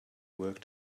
work